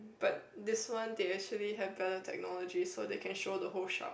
but this one they actually have better technology so they can show the whole shark